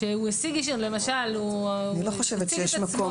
כשהוא יציג את עצמו --- אני לא חושבת שיש מקום